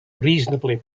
reasonably